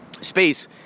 space